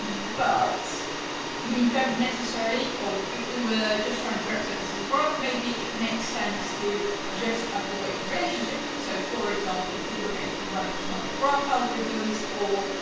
but we don't necessarily or if we were just trying to represent this as a graph, maybe it makes sense to just have the weight on relationship. so, for example, if we were going to be running some other graph algorithms or,